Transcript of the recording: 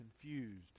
confused